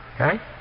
okay